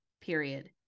Period